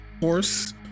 horse